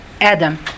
Adam